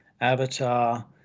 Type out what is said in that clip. Avatar